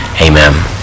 Amen